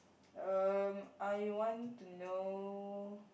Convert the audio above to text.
um I want to know